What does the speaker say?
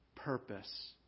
purpose